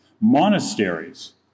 Monasteries